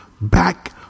back